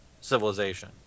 Civilization